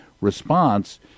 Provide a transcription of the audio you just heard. response